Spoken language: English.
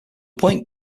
point